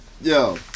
Yo